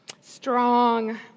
strong